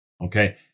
Okay